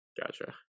Gotcha